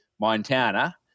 montana